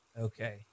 Okay